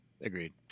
Agreed